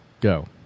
go